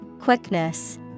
quickness